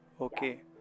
okay